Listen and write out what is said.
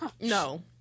No